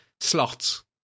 slots